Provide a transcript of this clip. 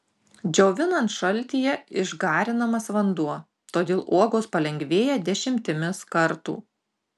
džiovinant šaltyje išgarinamas vanduo todėl uogos palengvėja dešimtimis kartų